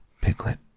Piglet